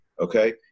okay